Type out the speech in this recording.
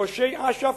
ראשי אש"ף,